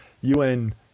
UN